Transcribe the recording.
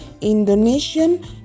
Indonesian